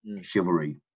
chivalry